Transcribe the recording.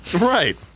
Right